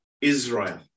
Israel